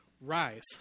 rise